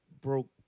broke